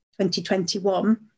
2021